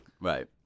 Right